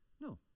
No